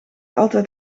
altijd